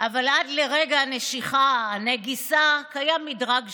אבל עד לרגע הנשיכה, הנגיסה, קיים מדרג שלם.